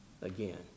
Again